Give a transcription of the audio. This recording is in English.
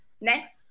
Next